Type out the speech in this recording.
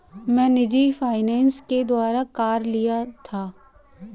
मैं निजी फ़ाइनेंस के द्वारा कार लिया था